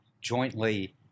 jointly